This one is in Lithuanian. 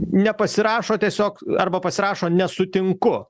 nepasirašo tiesiog arba pasirašo nesutinku